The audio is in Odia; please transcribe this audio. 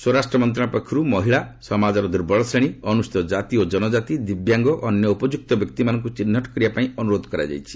ସ୍ୱରାଷ୍ଟ୍ର ମନ୍ତ୍ରଣାଳୟ ପକ୍ଷରୁ ମହିଳା ସମାଜର ଦୂର୍ବଳ ଶ୍ରେଣୀ ଅନୁସ୍କଚିତ ଜାତି ଓ ଜନକାତି ଦିବ୍ୟାଙ୍ଗ ଓ ଅନ୍ୟ ଉପଯୁକ୍ତ ବ୍ୟକ୍ତିମାନଙ୍କୁ ଚିହ୍ନଟ କରିବା ପାଇଁ ଅନୁରୋଧ କରାଯାଇଛି